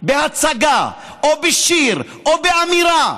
בהצגה או בשיר או באמירה,